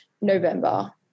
November